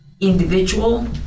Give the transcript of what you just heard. individual